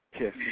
Yes